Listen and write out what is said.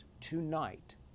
tonight